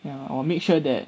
ya or make sure that